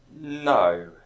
No